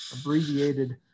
abbreviated